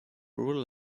rural